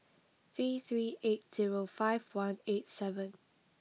three three eight zero five one eight seven